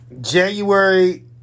January